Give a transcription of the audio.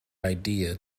idea